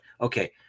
Okay